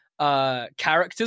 Characters